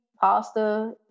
pasta